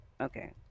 okay